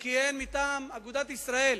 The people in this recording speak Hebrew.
שכיהן מטעם אגודת ישראל.